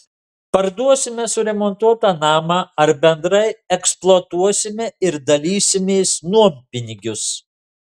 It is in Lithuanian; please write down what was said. parduosime suremontuotą namą ar bendrai eksploatuosime ir dalysimės nuompinigius